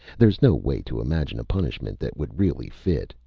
there's no way to imagine a punishment that would really fit!